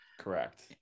Correct